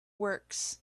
works